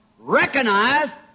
recognized